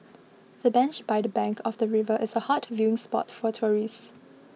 the bench by the bank of the river is a hot viewing spot for tourists